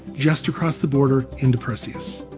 just across the border into perseus.